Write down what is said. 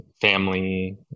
family